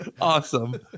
awesome